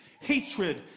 hatred